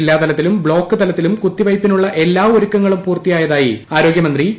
ജില്ലാതലത്തിലും block തലത്തിലും കുത്തിവയ്പ്പിന്റുള്ള് എല്ലാ ഒരുക്കങ്ങളും പൂർത്തിയായതായി ആരോഗൃമന്ത്രി ക്ട്